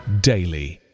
daily